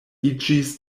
iĝis